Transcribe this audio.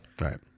right